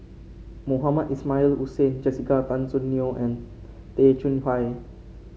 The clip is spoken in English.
Mohamed Ismail Hussain Jessica Tan Soon Neo and Tay Chong Hai